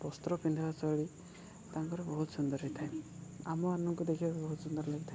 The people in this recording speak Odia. ବସ୍ତ୍ର ପିନ୍ଧିବା ଶୈଳୀ ତାଙ୍କର ବହୁତ ସୁନ୍ଦର ହେଇଥାଏ ଆମମାନଙ୍କୁ ଦେଖିବାକୁ ବହୁତ ସୁନ୍ଦର ଲାଗିଥାଏ